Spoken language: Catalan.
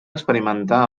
experimentar